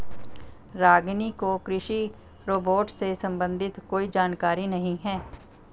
रागिनी को कृषि रोबोट से संबंधित कोई जानकारी नहीं है